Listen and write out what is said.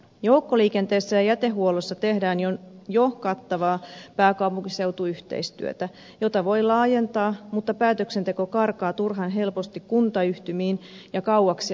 joukkoliikenteessä ja jätehuollossa tehdään jo kattavaa pääkaupunkiseutuyhteistyötä jota voi laajentaa mutta päätöksenteko karkaa turhan helposti kuntayhtymiin ja kauaksi asukkaista